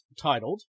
titled